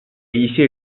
一些